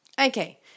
Okay